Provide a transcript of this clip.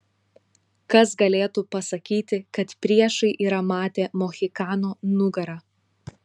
kas galėtų pasakyti kad priešai yra matę mohikano nugarą